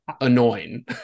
annoying